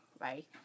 right